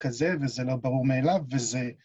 כזה וזה לא ברור מאליו וזה